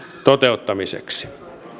toteuttamiseksi